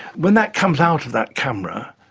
when that comes out of that camera,